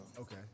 Okay